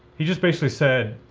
he just basically said,